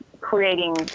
creating